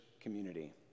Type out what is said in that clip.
community